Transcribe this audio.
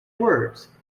words